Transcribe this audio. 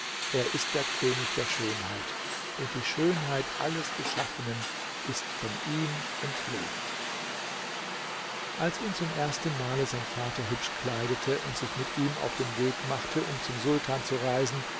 er ist der könig der schönheit und die schönheit alles geschaffenen ist von ihm entlehnt als ihn zum erstenmale sein vater hübsch kleidete und sich mit ihm auf den weg machte um zum sultan zu reisen